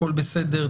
הכול בסדר,